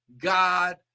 God